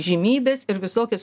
žimybes ir visokias